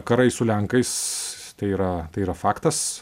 karai su lenkais tai yra tai yra faktas